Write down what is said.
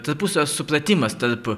tarpusavio supratimas tarp